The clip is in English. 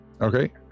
Okay